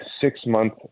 six-month